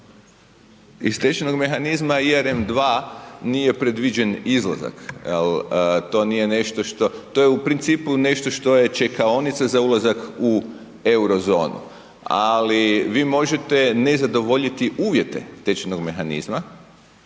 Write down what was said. Iz tečajnom mehanizma ERM II nije predviđen izlazak jel to nije nešto što, to je u principu nešto što je čekaonica za ulazak u euro zonu, ali vi možete ne zadovoljiti uvjete tečajnog mehanizma.